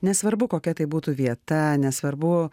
nesvarbu kokia tai būtų vieta nesvarbu